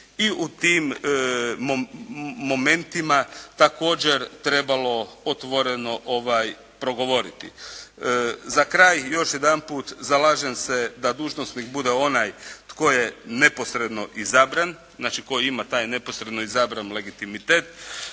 i u tim momentima također trebalo otvoreno progovoriti. Za kraj još jedanput zalažem se da dužnosnik bude onaj tko je neposredno izabran, znači tko ima taj neposredno izabran legitimitet.